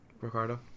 Ricardo